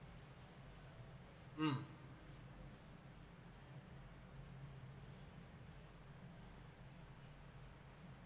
mm